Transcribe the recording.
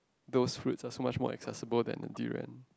those fruit are so much more accessible than the durian